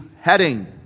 heading